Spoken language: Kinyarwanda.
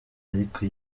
ariko